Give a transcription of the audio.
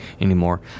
anymore